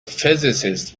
physicist